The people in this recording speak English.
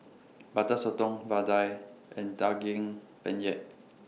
Butter Sotong Vadai and Daging Penyet